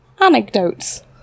anecdotes